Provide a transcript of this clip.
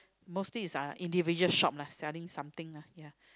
mostly is uh individual shop lah selling something lah ya